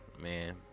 Man